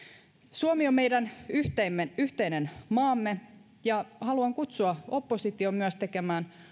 suomi on meidän yhteinen yhteinen maamme ja haluan kutsua myös opposition